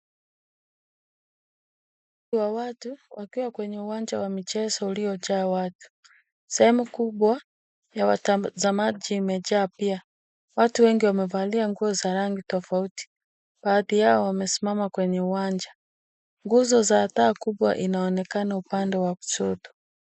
Umati wa watu wakiwa kwenye uwanja wa michezo uliojaa watu. Sehemu kubwa ya watazamaji imejaa pia. Watu wengi wamevalia nguo za rangi tofauti, baadhi yao wamesimama kwenye uwanja. Nguzo wa taa kubwa inaonekana upande wa kushoto.